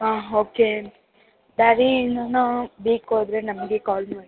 ಹಾಂ ಓಕೆ ಬೇರೆ ಏನಾರ ಬೇಕು ಆದರೆ ನಮಗೆ ಕಾಲ್ ಮಾಡಿ